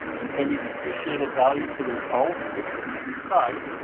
and any depreciated value to his home, which is right beside,